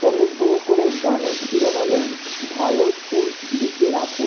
অনুগ্রহ করে গানের শিরোনামে ভালো সুর লিখে রাখো